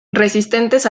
resistentes